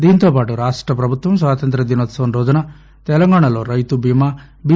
దీంతోపాటు రాష్ట ప్రభుత్వం స్వాతంత్ర దినోత్సవం రోజున తెలంగాణలో రైతు బీమా బి